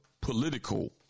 political